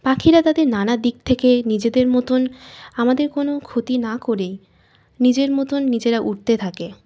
পাখিরা তাদের নানা দিক থেকে নিজেদের মতন আমাদের কোনো ক্ষতি না করেই নিজের মতন নিজেরা উঠতে থাকে